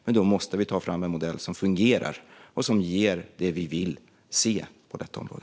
Men då måste vi ta fram en modell som fungerar och som ger det som vi vill se på detta område.